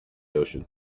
ocean